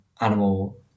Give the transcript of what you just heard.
animal